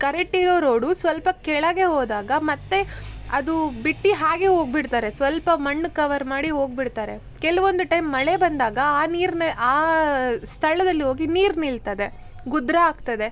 correct ಇರೋ road ಸ್ವಲ್ಪ ಕೆಳಗೆ ಹೋದಾಗ ಮತ್ತೆ ಅದು ಬಿಟ್ಟು ಹಾಗೆ ಹೋಗಿಬಿಡ್ತಾರೆ ಸ್ವಲ್ಪ ಮಣ್ಣು ಕವರ್ ಮಾಡಿ ಹೋಗ್ಬಿಡ್ತಾರೆ ಕೆಲವೊಂದು ಟೈಮ್ ಮಳೆ ಬಂದಾಗ ಆ ನೀರನ್ನೇ ಆ ಸ್ಥಳದಲ್ಲಿ ಹೋಗಿ ನೀರು ನಿಲ್ತದೆ ಗುದ್ರ ಆಗ್ತದೆ